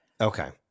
Okay